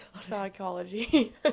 psychology